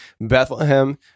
Bethlehem